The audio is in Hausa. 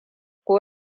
ko